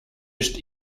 ist